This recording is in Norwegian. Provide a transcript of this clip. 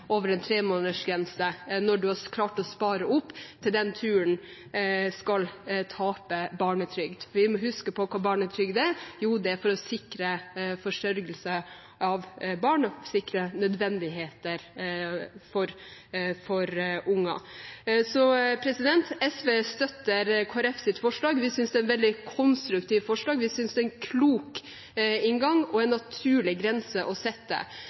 over en tremånedersgrense, skal man tape barnetrygd – når man har klart å spare opp til en slik tur. Vi må huske på hva barnetrygd er: å sikre forsørgelse av og sikre nødvendigheter for ungene. SV støtter Kristelig Folkepartis forslag. Vi synes det er et veldig konstruktivt forslag. Vi synes det har en klok inngang og er en naturlig grense å sette,